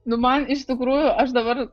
nu man iš tikrųjų aš dabar